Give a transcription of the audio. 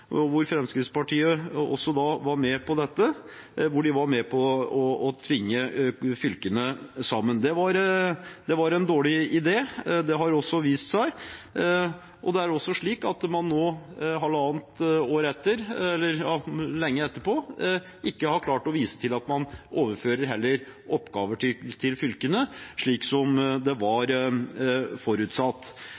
hvor Fremskrittspartiet var med på det, og hvor de var med på å tvinge fylkene sammen, var en dårlig idé. Det har også vist seg. Det er også slik at man lenge etterpå ikke har klart å vise til at man overfører oppgaver til fylkene, slik som det var